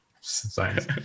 science